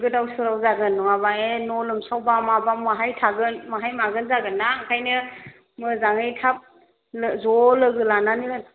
गोदाव सोराव जागोन नङाबा ए न' लोमसावबा माबा माहाय थागोन माहाय मागोन जागोन ना ओंखायनो मोजाङै थाब ज' लोगो लानानै